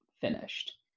finished